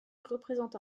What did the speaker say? représente